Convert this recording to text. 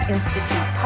Institute